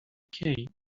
came